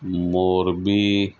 Morbi